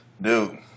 dude